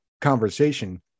conversation